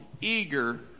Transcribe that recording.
eager